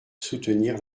soutenir